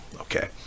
okay